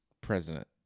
president